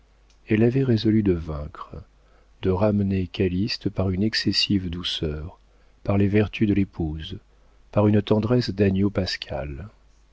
elle avait résolu de vaincre de ramener calyste par une excessive douleur par les vertus de l'épouse par une tendresse d'agneau pascal